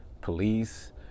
police